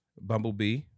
Bumblebee